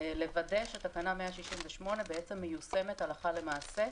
לוודא שתקנה 168 מיושמת הלכה למעשה.